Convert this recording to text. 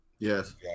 yes